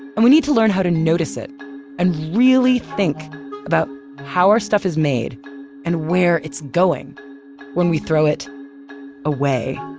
and we need to learn how to notice it and really think about how our stuff is made and where it's going when we throw it away.